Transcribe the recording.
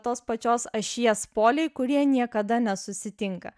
tos pačios ašies poliai kurie niekada nesusitinka